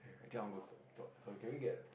I think I want to go to to~ sorry can we get